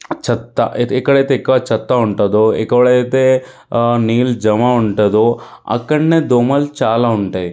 చెత్త ఎ ఎక్కడైతే ఎక్కువ చెత్త ఉంటుందో ఎక్కడైతే నీళ్ళు జమ ఉంటుందో అక్కడనే దోమలు చాలా ఉంటాయి